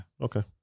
Okay